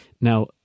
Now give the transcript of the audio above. Now